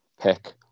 pick